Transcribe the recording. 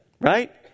right